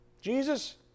Jesus